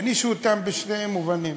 הענישו אותנו בשני מובנים: